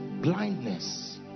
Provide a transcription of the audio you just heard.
blindness